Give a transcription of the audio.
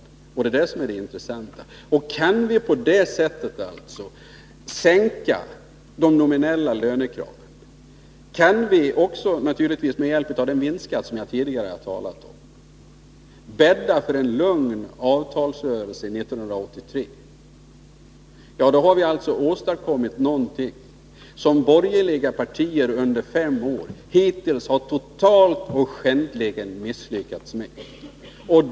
Det är det som är det intressanta. Och kan vi på det sättet sänka de nominella lönekraven så kan vi också, naturligtvis med hjälp av den vinstskatt som jag tidigare har talat om, bädda för en lugn avtalsrörelse 1983. Då har vi alltså åstadkommit någonting som borgerliga partier hittills under fem år totalt och skändligen har misslyckats med.